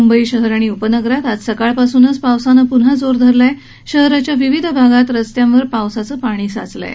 मंबईत शहर आणि उपनगरात आज सकाळपासूनच पावसानं पुन्हां जोर धरला असून शहराच्या विविध भागांत रस्त्यांवर पावसाचं पाणी साचलं आहे